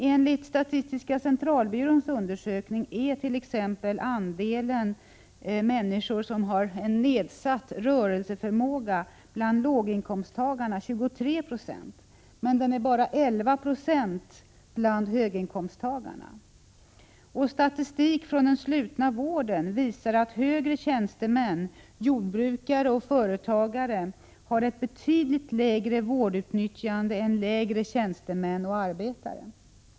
Enligt statistiska centralbyråns undersökning är t.ex. andelen människor med nedsatt rörelseförmåga bland låginkomsttagarna 23 70, medan den bara är 11 9o bland höginkomsttagarna. Statistik från den slutna vården visar att högre tjänstemän, jordbrukare och företagare har ett betydligt lägre vårdutnyttjande än lägre tjänstemän och arbetare.